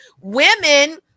Women